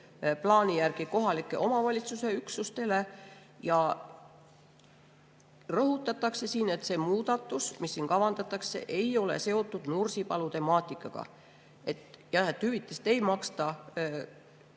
plaani järgi kohaliku omavalitsuse üksustele. Ja siin rõhutatakse, et muudatus, mis siin kavandatakse, ei ole seotud Nursipalu temaatikaga. Et jah, hüvitist ei maksta